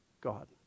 God